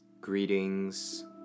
Greetings